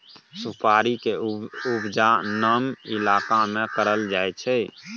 सुपारी के उपजा नम इलाका में करल जाइ छइ